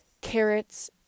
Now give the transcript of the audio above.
carrots